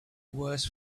worse